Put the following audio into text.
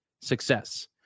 success